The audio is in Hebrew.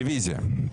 רביזיה.